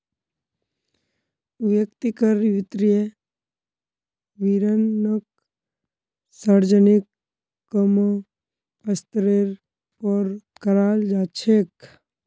व्यक्तिर वित्तीय विवरणक सार्वजनिक क म स्तरेर पर कराल जा छेक